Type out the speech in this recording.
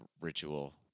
ritual